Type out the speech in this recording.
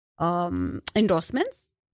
endorsements